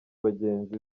bagenzi